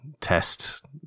test